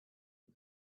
the